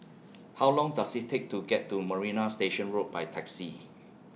How Long Does IT Take to get to Marina Station Road By Taxi